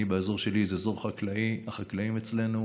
אני, באזור שלי, זה אזור חקלאי, החקלאים אצלנו